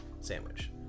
sandwich